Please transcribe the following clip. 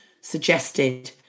suggested